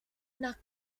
una